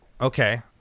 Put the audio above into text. Okay